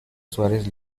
suárez